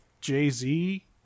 Jay-Z